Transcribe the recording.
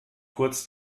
kurz